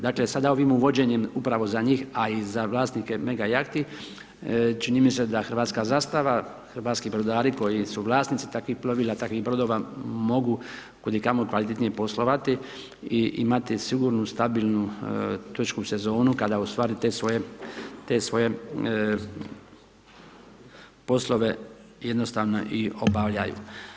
Dakle, sada ovim uvođenjem upravo za njih, a i za vlasnike mega jahti, čini mi se da hrvatska zastava, hrvatski brodari koji su vlasnici takvih plovila takvih brodova, mogu kud i kamo kvalitetnije poslovati i imati sigurnu, stabilnu točku sezonu, kada ostvari te svoje poslove, jednostavno i obavljaju.